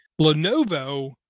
Lenovo